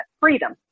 freedom